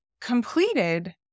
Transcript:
completed